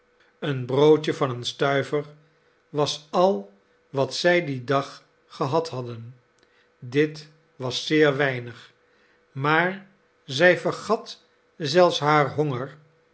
een broodje van een stuiver was al wat zij dien dag gehad hadden dit was zeerweinig maar zij vergat zelfs haar honger